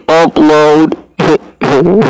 upload